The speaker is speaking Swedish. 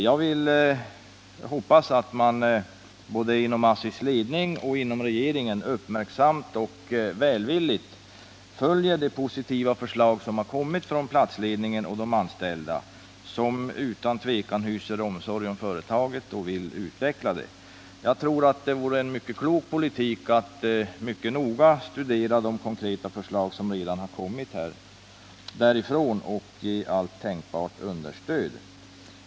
Jag vill hoppas att man både inom ASSI:s ledning och inom regeringen uppmärksamt och välvilligt följer de positiva förslag som har kommit från de anställda och platsledningen, som utan tvivel hyser omsorg om företaget och vill utveckla det. Jag tror att det vore en klok politik att mycket noga studera de konkreta förslag som redan har framförts därifrån och ge dem allt tänkbart understöd.